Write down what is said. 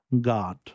God